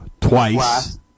Twice